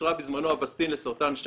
שייצרה בזמנו אבסטין לסרטן שד,